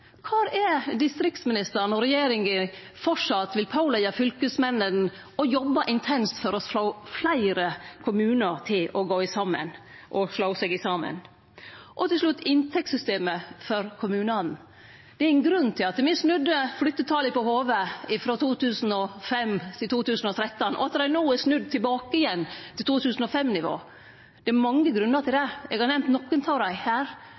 Kvar er distriktsministeren når regjeringa framleis vil påleggje fylkesmennene å jobbe intenst for å få fleire kommunar til å slå seg saman? Og til slutt: inntektssystemet for kommunane. Det er ein grunn til at me snudde flyttetalet på hovudet frå 2005 til 2013, og at det no er snudd tilbake til 2005-nivå. Det er mange grunnar til det. Eg har nemnt nokre av dei her,